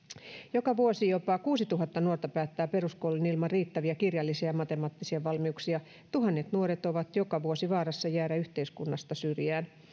joka vuosi jopa kuusituhatta nuorta päättää peruskoulun ilman riittäviä kirjallisia ja matemaattisia valmiuksia tuhannet nuoret ovat joka vuosi vaarassa jäädä yhteiskunnasta syrjään